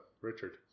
Richard